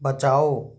बचाओ